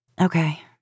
Okay